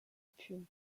pune